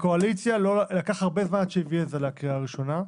לקואליציה לקח הרבה זמן עד שהיא הביאה את זה לקריאה ראשונה,